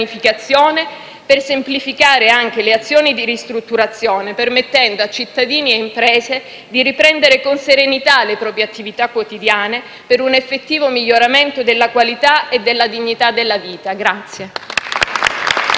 pianificazione per semplificare anche le azioni di ristrutturazione, permettendo a cittadini e imprese di riprendere con serenità le proprie attività quotidiane per un effettivo miglioramento della qualità e della dignità della vita.